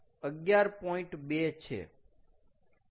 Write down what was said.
અને તે 77 ની નજીક છે